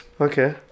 okay